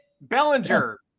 Bellinger